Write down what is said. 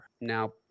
Now